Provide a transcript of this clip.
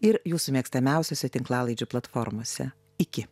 ir jūsų mėgstamiausiose tinklalaidžių platformose iki